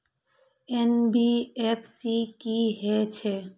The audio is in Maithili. एन.बी.एफ.सी की हे छे?